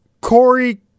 Corey